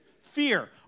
Fear